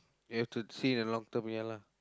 you have to see in long term ya lah